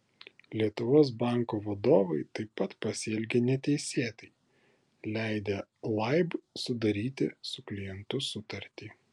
lietuvos banko vadovai taip pat pasielgė neteisėtai leidę laib sudaryti su klientu sutartį